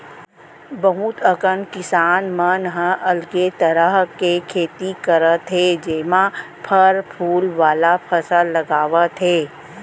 बहुत अकन किसान मन ह अलगे तरह के खेती करत हे जेमा फर फूल वाला फसल लगावत हे